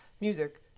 music